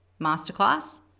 Masterclass